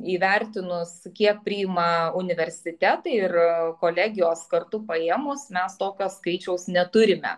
įvertinus kiek priima universitetai ir kolegijos kartu paėmus mes tokio skaičiaus neturime